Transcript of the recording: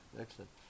excellent